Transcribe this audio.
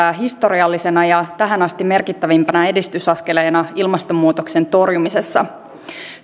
historiallisena ja tähän asti merkittävimpänä edistysaskeleena ilmastonmuutoksen torjumisessa